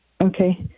okay